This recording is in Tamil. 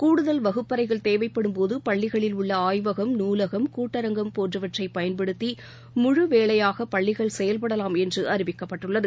கூடுதல் வகுப்பறைகள் தேவைப்படும் போதபள்ளிகளில் உள்ளஆய்வகம் நூலகம் கூட்டரங்கம் போன்றவற்றையன்படுத்தி முழு வேளையாகபள்ளிகள் செயல்படலாம் என்றுஅறிவிக்கப்பட்டுள்ளது